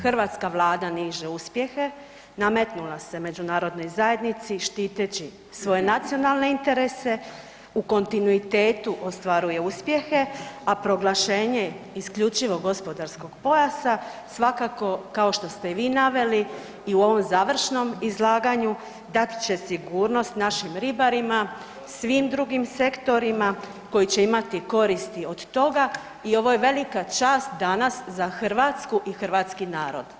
Hrvatska Vlada niže uspjehe, nametnula se međunarodnoj zajednici štiteći svoje nacionalne interese, u kontinuitetu ostvaruje uspjehe, a prošenje isključivog gospodarskog pojasa svakako, kao što ste i vi naveli, i u ovom završnom izlaganju, dat će sigurnost našim ribarima, svim drugim sektorima koji će imati koristi od toga i ovo je velika čast danas za Hrvatsku i hrvatski narod.